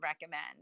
recommend